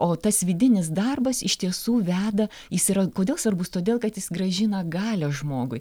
o tas vidinis darbas iš tiesų veda jis yra kodėl svarbus todėl kad jis grąžina galią žmogui